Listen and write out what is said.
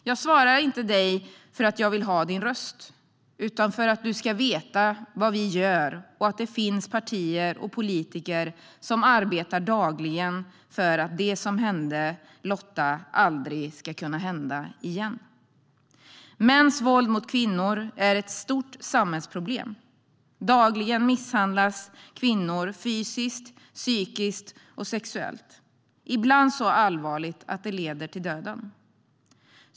Jag svarar inte dig för att jag vill ha din röst utan för att du ska veta vad vi gör och att det finns partier och politiker som arbetar dagligen för att det som hände Lotta aldrig ska kunna hända igen. Mäns våld mot kvinnor är ett stort samhällsproblem. Dagligen misshandlas kvinnor fysiskt, psykiskt och sexuellt och ibland så allvarligt att det leder till döden.